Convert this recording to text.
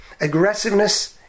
Aggressiveness